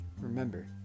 Remember